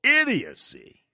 idiocy